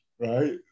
Right